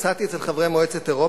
מצאתי גם אצל חברי מועצת אירופה,